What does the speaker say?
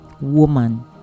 woman